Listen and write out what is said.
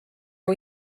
are